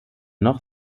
noch